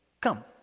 Come